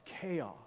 chaos